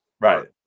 Right